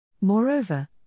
Moreover